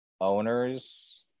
owners